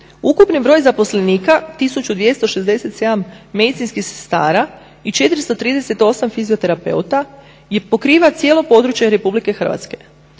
ukupni broj zaposlenika 1267 medicinskih sestara i 438 fizioterapeuta pokriva cijelo područje RH.